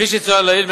כפי שצוין לעיל,